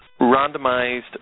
randomized